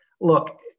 look